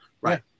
Right